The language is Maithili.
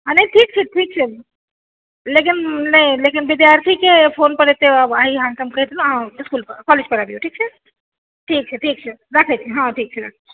नहि ठीक छै ठीक छै लेकिन नहि लेकिन विद्यार्थीके फोन पर एतै आइ अहाँके हम कहि देलहुँ अहाँ इसकुल पर कॉलेज पर अबियौ ठीक छै ठीक छै ठीक छै रखैत छी हँ ठीक छै